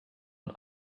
not